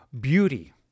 beauty